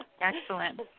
Excellent